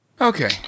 Okay